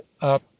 up